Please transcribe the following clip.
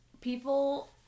people